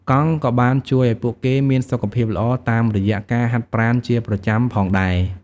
កង់ក៏បានជួយឱ្យពួកគេមានសុខភាពល្អតាមរយៈការហាត់ប្រាណជាប្រចាំផងដែរ។